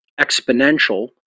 exponential